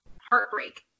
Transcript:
heartbreak